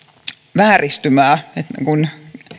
vääristymää että kun